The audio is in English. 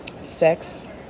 Sex